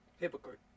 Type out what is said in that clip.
hypocrite